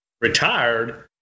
retired